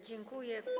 Dziękuję.